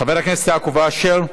חבר הכנסת יעקב אשר,